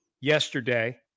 yesterday